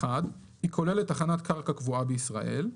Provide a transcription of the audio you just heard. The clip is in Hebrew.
היא כוללת תחנת קרקע קבועה בישראל,